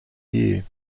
year